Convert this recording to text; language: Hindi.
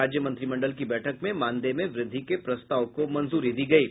राज्य मंत्रिमंडल की बैठक में मानेदय में व्रद्धि के प्रस्ताव को मंजूरी दी गयी है